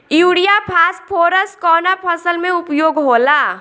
Urea phosphorus कवना फ़सल में उपयोग होला?